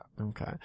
Okay